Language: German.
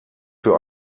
für